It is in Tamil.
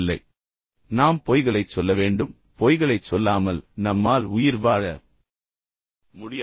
எனவே நாம் பொய்களைச் சொல்ல வேண்டும் பொய்களைச் சொல்லாமல் நம்மால் உயிர்வாழ முடியாது